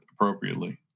appropriately